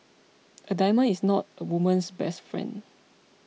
a diamond is not a woman's best friend